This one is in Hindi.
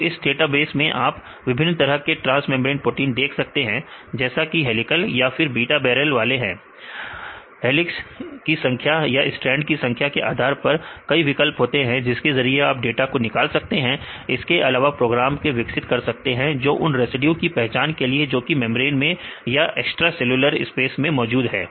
तो इस डेटाबेस में आप विभिन्न तरह के ट्रांस मेंब्रेन प्रोटीन देख सकते हैं जैसे की हेलीकल या फिर बेटा बैरल वाले हेलिक्स की संख्या या स्ट्रैंड की संख्या के आधार इसमें कई विकल्प होते हैं जिसके जरिए आप डाटा को निकाल सकते हैं इसके अलावा प्रोग्राम को विकसित कर सकते हैं जो उन रेसिड्यू की पहचान के लिए जोकि मेंब्रेन में या एक्स्ट्रा सेल्यूलर स्पेस में मौजूद हैं